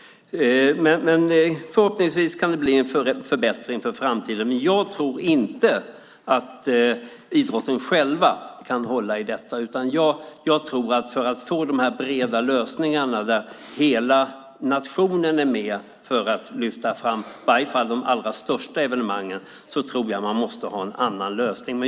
Förhoppningsvis kan det bli en förbättring i framtiden, men jag tror inte att idrotten själv kan hålla i detta. För att få de breda lösningar där hela nationen är med för att lyfta fram i varje fall de allra största evenemangen måste vi ha en annan lösning.